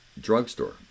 Drugstore